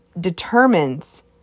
determines